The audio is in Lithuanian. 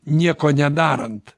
nieko nedarant